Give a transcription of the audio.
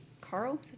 Carl